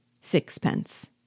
Sixpence